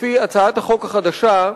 לפי הצעת החוק החדשה,